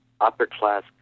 upper-class